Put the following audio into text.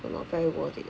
so not very worth it